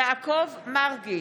יעקב מרגי,